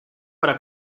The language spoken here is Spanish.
para